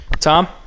Tom